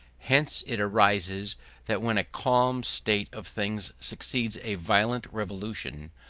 hence it arises that when a calm state of things succeeds a violent revolution,